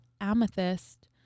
amethyst